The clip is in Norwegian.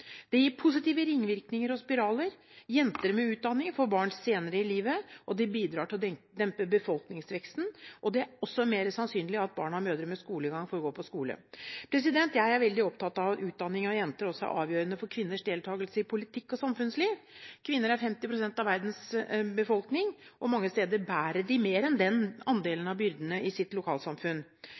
Det gir positive ringvirkninger og spiraler – jenter med utdanning får barn senere i livet, det bidrar til å dempe befolkningsveksten, og det er også mer sannsynlig at barn av mødre med skolegang får gå på skole. Jeg er veldig opptatt av at utdanning av jenter er avgjørende for kvinners deltakelse i politikk og samfunnsliv. Kvinner er 50 pst. av verdens befolkning, og mange steder bærer de mer enn den andelen av byrdene i sitt lokalsamfunn.